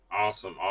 Awesome